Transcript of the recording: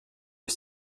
ist